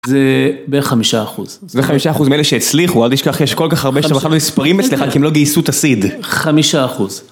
זה בערך חמישה אחוז. זה בערך חמישה אחוז מאלה שהצליחו, אל תשכח, יש כל כך הרבה שאתה בכלל לא נספרים אצלך, כי הם לא גייסו את הסיד. חמישה אחוז.